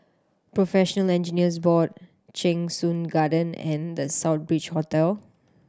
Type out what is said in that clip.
Professional Engineers Board Cheng Soon Garden and The Southbridge Hotel